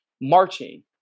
marching